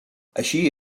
així